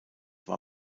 war